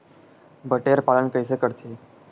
बटेर पालन कइसे करथे?